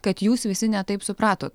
kad jūs visi ne taip supratot